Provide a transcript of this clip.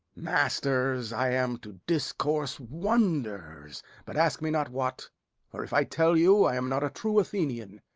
masters, i am to discourse wonders but ask me not what for if i tell you, i am not true athenian.